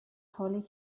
holly